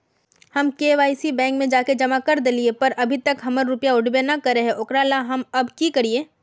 हम KYC bank में जाके जमा कर देलिए पर अभी तक हमर रुपया उठबे न करे है ओकरा ला हम अब की करिए?